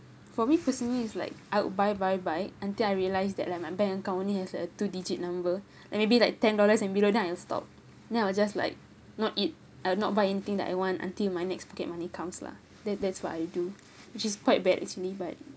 for me personally it's like I would buy buy buy until I realised that like my bank account only has a two digit number then maybe like ten dollars and below down then I'll stop then I will just like not eat I will not buy anything that I want until my next pocket money comes lah that that's what I do which is quite bad actually but